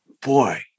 Boy